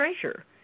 treasure